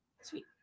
Sweet